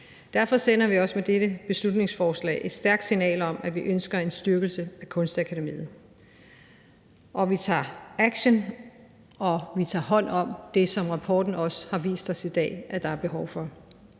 Derfor sender vi også med dette beslutningsforslag et stærkt signal om, at vi ønsker en styrkelse af Kunstakademiet. Vi tager action, og vi tager hånd om det, som rapporten også har vist os i dag at der er behov for.